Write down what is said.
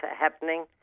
happening